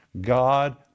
God